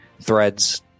Threads